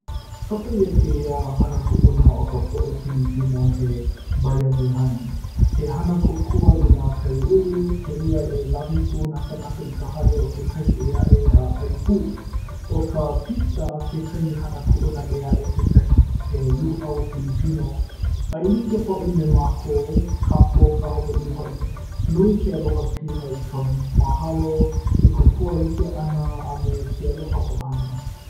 kapa ʻia kēia hana kuʻuna o ka poʻe pilipino he bayanihan. he hana kōkua i nā kaiāulu kēia a lawe pū nā kānaka i ka hale o kekahi ʻē aʻe a ʻai pū. ʻo ka pista kekahi hana kuʻuna ʻē aʻe kekahi, he lūʻau pilipino. a e like hoʻi me mākou, kākou ka hawaiʻi hoʻi, nui ke aloha piha i ka mahalo, ke kōkua like ʻana a me ke aloha ʻohana.